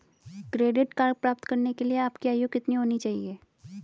Credit card प्राप्त करने के लिए आपकी आयु कितनी होनी चाहिए?